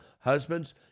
Husbands